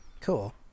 Cool